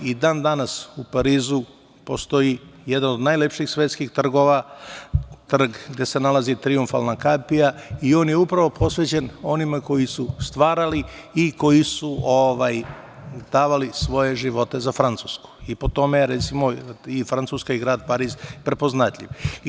I dan danas u Parizu postoji jedna od najlepših svetskih trgova, trg gde se nalazi „Trijumfalna kapija“ i on je upravo posvećen onima koji su stvarali i koji su davali svoje živote za Francusku i po tome je, recimo, i Francuska i grad Pariz prepoznatljivi.